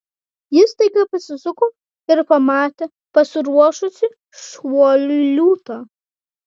jis staiga pasisuko ir pamatė pasiruošusį šuoliui liūtą